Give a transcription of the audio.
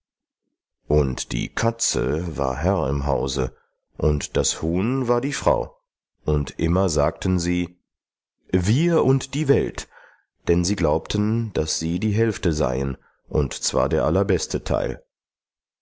und die katze war herr im hause und das huhn war die frau und immer sagten sie wir und die welt denn sie glaubten daß sie die hälfte seien und zwar der allerbeste teil